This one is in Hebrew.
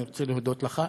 אני רוצה להודות לך.